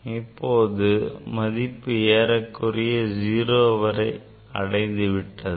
இப்போது அதன் மதிப்பு ஏறக்குறைய 0 வரை அடைந்து விட்டது